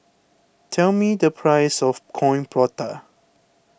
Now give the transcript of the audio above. tell me the price of Coin Prata